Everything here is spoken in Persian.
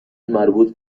مربوط